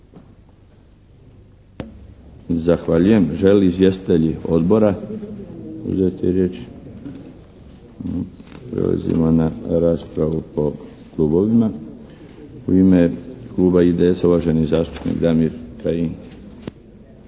Zahvaljujem. Žele li izvjestitelji odbora uzeti riječ? Prelazimo na raspravu po klubovima. U ime kluba IDS-a uvaženi zastupnik Damir Kajin.